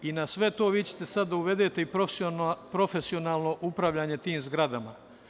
Na sve to vi ćete sada da uvedete profesionalno upravljanje tim zgradama.